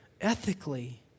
Ethically